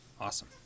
Awesome